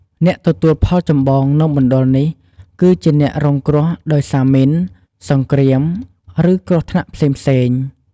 អ្នកទទួលផលចម្បងនៅមណ្ឌលនេះគឺជាអ្នករងគ្រោះដោយសារមីន សង្គ្រាម ឬ គ្រោះថ្នាក់ផ្សេងៗ។